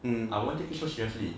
I won't take it seriously